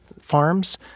farms